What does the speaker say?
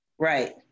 Right